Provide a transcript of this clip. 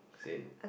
same